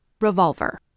revolver